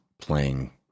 playing